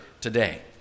today